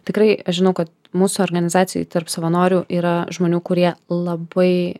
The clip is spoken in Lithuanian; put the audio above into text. tikrai žinau kad mūsų organizacijoj tarp savanorių yra žmonių kurie labai